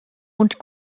und